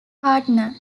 partner